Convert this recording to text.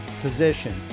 position